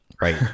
Right